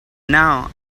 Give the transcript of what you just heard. now